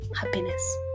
Happiness